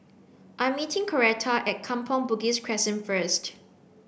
I meeting Coretta at Kampong Bugis Crescent first